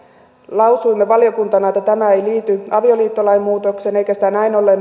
lausuimme valiokuntana että tämä ei liity avioliittolain muutokseen eikä sitä näin ollen